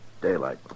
daylight